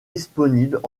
disponibles